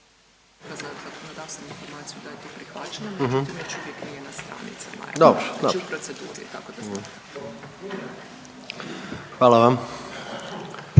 Hvala vam.